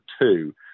two